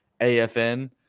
AFN